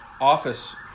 office